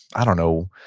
i don't know,